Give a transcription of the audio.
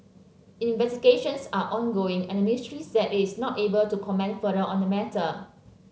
investigations are ongoing and ministry said it is not able to comment further on the matter